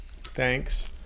Thanks